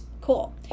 Cool